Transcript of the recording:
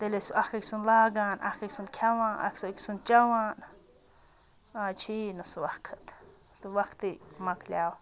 تیٚلہِ ٲسۍ وۄنۍ اَکھ أکۍ سُنٛد لاگان اَکھ أکۍ سُنٛد کھٮ۪وان اَکھ أکۍ سُنٛد چٮ۪وان آز چھِ یی نہٕ سُہ وقت تہٕ وَقتٕے مۄکلیو